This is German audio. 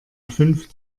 fünf